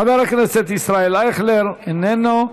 חבר הכנסת ישראל אייכלר, איננו.